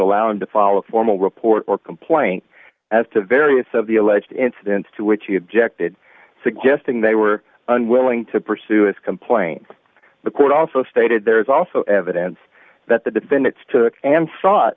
allow him to follow a formal report or complaint as to various of the alleged incidents to which you objected suggesting they were unwilling to pursue its complaint the court also stated there is also evidence that the defendants to and s